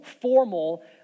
formal